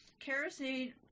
Kerosene